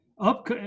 up